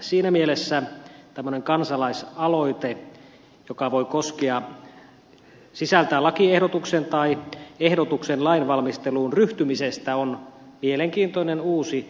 siinä mielessä tämmöinen kansalaisaloite joka voi sisältää lakiehdotuksen tai ehdotuksen lainvalmisteluun ryhtymisestä on mielenkiintoinen uusi väline